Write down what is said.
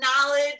knowledge